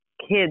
kids